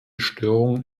störung